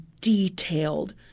detailed